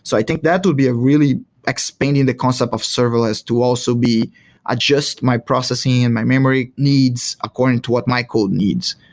so i think that will be a really expanding the concept of serverless to also be adjust my processing and my memory needs according to what my code needs.